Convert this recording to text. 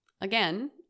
Again